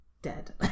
Dead